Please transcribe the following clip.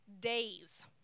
days